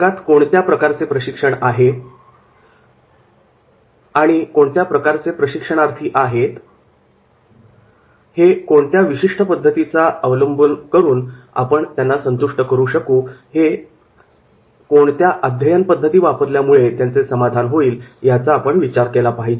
वर्गात कोणत्या प्रकारचे प्रशिक्षणार्थी आहेत आणि कोणत्या विशिष्ट पद्धतीचा अवलंब करून आपण त्यांना संतुष्ट करू शकू कोणत्या अध्यापनपद्धती वापरल्यामुळे त्यांचे समाधान होईल याचा आपण विचार केला पाहिजे